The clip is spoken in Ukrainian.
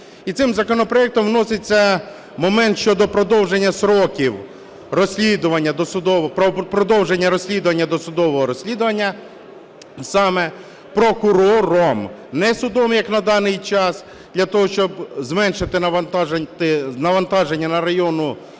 І цим законопроектом вноситься момент щодо продовження строків продовження розслідування, досудового розслідування, саме прокурором, не судом як на даний час, для того, щоб зменшити навантаження на районну